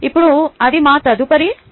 ఇప్పుడు అది మా తదుపరి అంశం